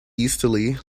easterly